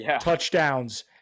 touchdowns